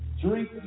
Drink